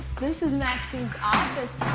this is maxine's office.